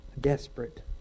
desperate